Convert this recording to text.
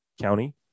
County